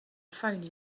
phoney